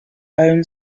own